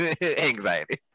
anxiety